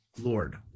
Lord